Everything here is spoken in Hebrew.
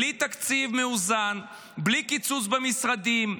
בלי תקציב מאוזן, בלי קיצוץ במשרדים,